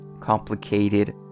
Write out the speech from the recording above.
complicated